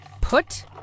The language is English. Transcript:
Put